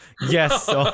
Yes